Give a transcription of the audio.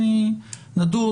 נדון,